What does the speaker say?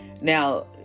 now